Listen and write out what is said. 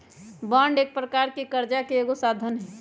bond एक प्रकार से करजा के एगो साधन हइ